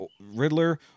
riddler